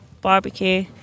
barbecue